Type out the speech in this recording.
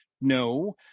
no